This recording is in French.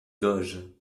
doge